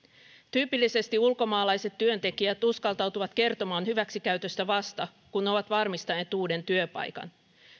tyypillisesti ulkomaalaiset työntekijät uskaltautuvat kertomaan hyväksikäytöstä vasta kun ovat varmistaneet uuden työpaikan